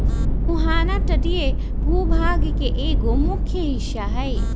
मुहाना तटीय भूभाग के एगो मुख्य हिस्सा हई